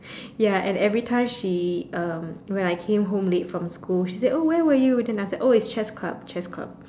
ya and every time she um when I came home late from school she said oh where were you and then oh after that it's chess club chess club